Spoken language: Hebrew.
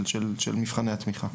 של מבחני התמיכה.